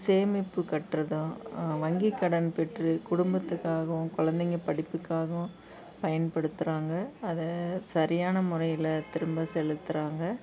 சேமிப்பு கட்டுறதும் வங்கிக் கடன் பெற்றுக் குடும்பத்துக்காகவும் குழந்தைங்க படிப்புக்காகவும் பயன்படுத்துகிறாங்க அதை சரியான முறையில் திரும்ப செலுத்துகிறாங்க